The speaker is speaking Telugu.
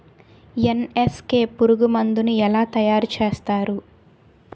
ఎన్.ఎస్.కె పురుగు మందు ను ఎలా తయారు చేస్తారు?